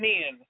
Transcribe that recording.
Men